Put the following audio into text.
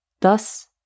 Thus